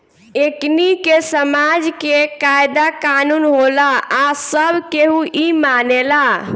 एकनि के समाज के कायदा कानून होला आ सब केहू इ मानेला